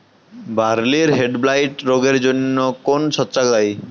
বার্লির হেডব্লাইট রোগের জন্য কোন ছত্রাক দায়ী?